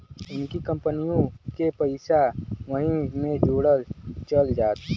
नइकी कंपनिओ के पइसा वही मे जोड़ल चल जात